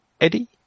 Eddie